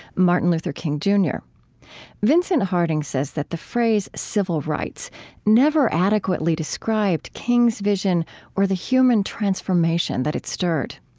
martin luther king jr vincent harding says that the phrase civil rights never adequately described king's vision or the human transformation that it stirred.